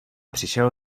přišel